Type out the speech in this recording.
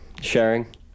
sharing